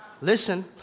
Listen